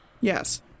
Yes